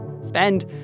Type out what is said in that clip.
spend